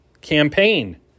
campaign